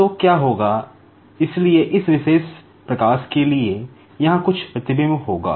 तो क्या होगा इसलिए इस विशेष प्रकाश के लिए यहां कुछ प्रतिबिंब होगा